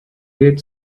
dead